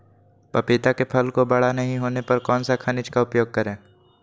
पपीता के फल को बड़ा नहीं होने पर कौन सा खनिज का उपयोग करें?